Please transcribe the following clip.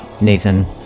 Nathan